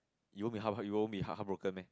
you won't be heart you won't be heart~ heartbroken meh